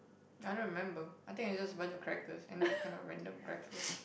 I don't remember I think it's just a bunch of crackers any kind of random crackers